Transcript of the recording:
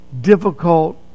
difficult